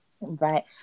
Right